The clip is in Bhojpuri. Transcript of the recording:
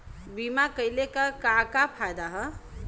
बीमा कइले का का फायदा ह?